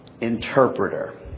interpreter